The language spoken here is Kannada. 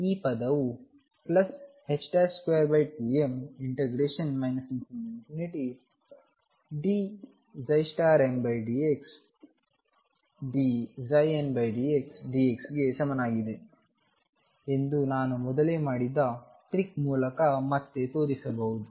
ಈ ಪದವು 22m ∞dmdxdndxdx ಗೆ ಸಮಾನವಾಗಿದೆ ಎಂದು ನಾನು ಮೊದಲೇ ಮಾಡಿದ ಟ್ರಿಕ್ ಮೂಲಕ ಮತ್ತೆ ತೋರಿಸಬಹುದು